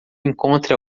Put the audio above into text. encontre